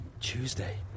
Tuesday